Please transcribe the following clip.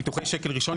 ביטוחי שקל ראשון.